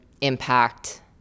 impact